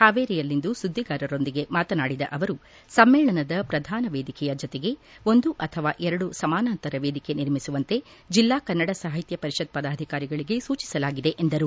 ಪಾವೇರಿಯಲ್ಲಿಂದು ಸುದ್ದಿಗಾರರೊಂದಿಗೆ ಮಾತನಾಡಿದ ಆವರು ಸಮ್ಮೇಳನದ ಪ್ರಧಾನ ವೇದಿಕೆಯ ಜತೆಗೆ ಒಂದು ಅಥವಾ ಎರಡು ಸಮಾನಾಂತರ ವೇದಿಕೆ ನಿರ್ಮಿಸುವಂತೆ ಜಿಲ್ಲಾ ಕನ್ನಡ ಸಾಹಿತ್ಯ ಪರಿಷತ್ ಪದಾಧಿಕಾರಿಗಳಿಗೆ ಸೂಚಿಸಲಾಗಿದೆ ಎಂದರು